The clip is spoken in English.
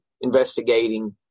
investigating